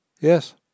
Yes